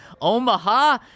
Omaha